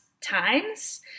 times